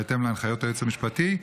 בהתאם להמלצות היועץ המשפטי,